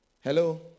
Hello